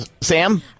Sam